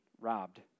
robbed